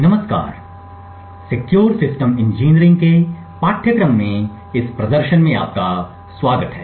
नमस्कार सुरक्षित system engineering के पाठ्यक्रम में इस प्रदर्शन का स्वागत है